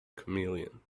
chameleon